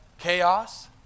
Chaos